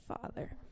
Father